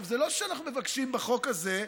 זה לא שאנחנו מבקשים בחוק הזה,